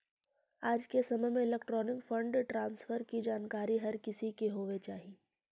आज के समय में इलेक्ट्रॉनिक फंड ट्रांसफर की जानकारी हर किसी को होवे चाही